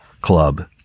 club